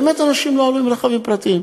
באמת אנשים לא עלו עם רכבים פרטיים.